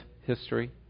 history